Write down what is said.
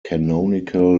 canonical